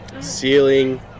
ceiling